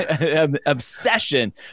obsession